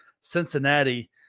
Cincinnati